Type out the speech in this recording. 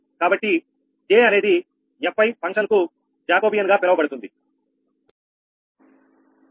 కాబట్టి J అనేది fi ఫంక్షన్కు జాకోబియన్ గా పిలవబడుతుంది